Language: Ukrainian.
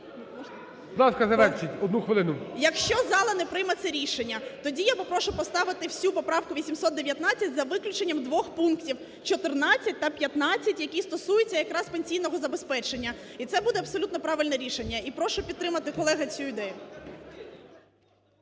Якщо зала не прийме це рішення, тоді я попрошу поставити всю поправку 819 за виключенням двох пунктів 14 та 15, які стосуються якраз пенсійного забезпечення, і це буде абсолютно правильне рішення. І прошу підтримати, колеги, цю ідею.